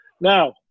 Now